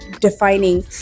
defining